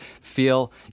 feel